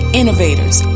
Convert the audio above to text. innovators